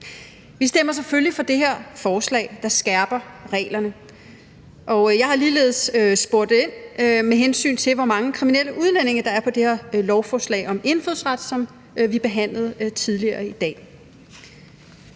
Vi stemmer selvfølgelig for det her forslag, der skærper reglerne. Jeg har ligeledes spurgt ind til, hvor mange kriminelle udlændinge der er på det lovforslag om indfødsret, som vi behandlede tidligere i dag.